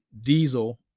diesel